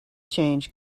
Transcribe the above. change